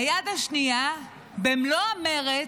ביד השנייה, במלוא המרץ,